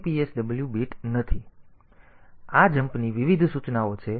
તેથી આ જમ્પની વિવિધ સૂચનાઓ છે